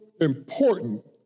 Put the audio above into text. important